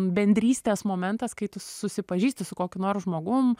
bendrystės momentas kai tu susipažįsti su kokiu nors žmogum